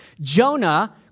Jonah